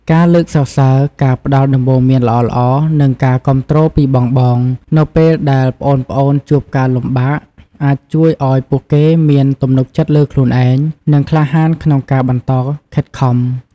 ការលើកសរសើរ ការផ្ដល់ដំបូន្មានល្អៗ និងការគាំទ្រពីបងៗ នៅពេលដែលប្អូនៗជួបការលំបាក អាចជួយឱ្យពួកគេមាន ទំនុកចិត្តលើខ្លួនឯង និងក្លាហានក្នុងការបន្តខិតខំ ។